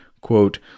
quote